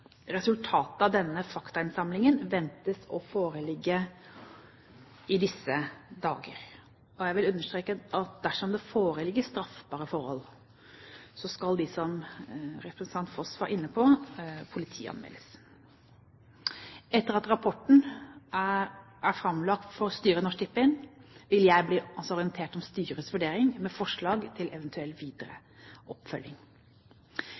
Resultatet av denne faktainnsamlingen ventes å foreligge i disse dager. Jeg vil understreke at dersom det foreligger straffbare forhold, skal de, som representanten Foss var inne på, politianmeldes. Etter at rapporten er framlagt for styret i Norsk Tipping, vil jeg bli orientert om styrets vurdering med forslag til eventuell videre oppfølging.